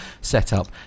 setup